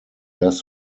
less